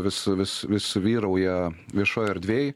vis vis vis vyrauja viešoj erdvėj